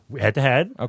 head-to-head